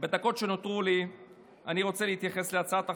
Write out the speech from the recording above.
בדקות שנותרו לי אני רוצה להתייחס להצעת החוק,